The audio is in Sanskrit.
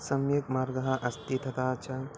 सम्यक् मार्गः अस्ति तथा च